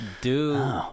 dude